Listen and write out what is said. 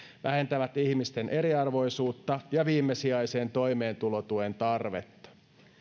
vähentävät ihmisten eriarvoisuutta ja viimesijaisen toimeentulotuen tarvetta